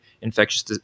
Infectious